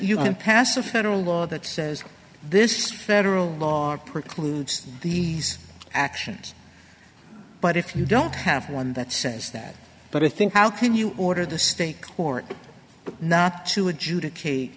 you can pass a federal law that says this federal law precludes these actions but if you don't have one that says that but i think how can you order the state court not to adjudicate